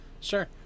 Sure